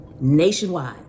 nationwide